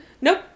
Nope